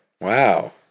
wow